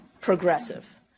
progressive